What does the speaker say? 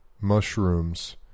mushrooms